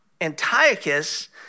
Antiochus